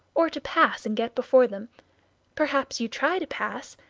or to pass, and get before them perhaps you try to pass,